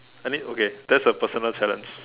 I need okay that's a personal challenge